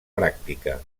pràctica